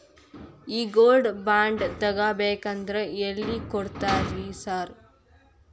ಈ gold bond ತಗಾಬೇಕಂದ್ರ ಎಲ್ಲಿ ಕೊಡ್ತಾರ ರೇ ಸಾರ್?